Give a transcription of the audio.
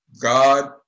God